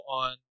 on